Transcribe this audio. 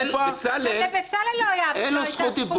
בצלאל, אין לו זכות דיבור.